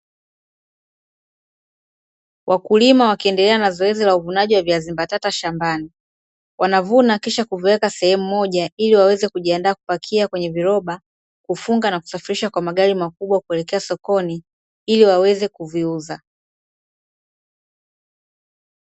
Wakulima wakiendelea na zoezi la uvunaji wa viazi mbatata shambani. Wanavuna kisha kuviweka sehemu moja ili waweze kujiandaa kupakia kwenye viroba, kufunga na kusafirisha kwa magari makubwa kuelekea sokoni ili waweze kuviuza.